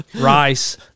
Rice